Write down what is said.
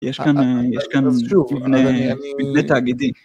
יש כאן, יש כאן, מבנה, מבנה תאגידי